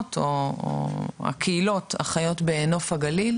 השכונות או הקהילות החיות בנוף הגליל